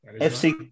FC